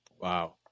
Wow